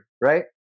right